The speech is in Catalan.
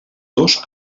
dos